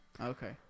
Okay